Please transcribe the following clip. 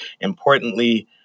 importantly